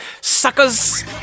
suckers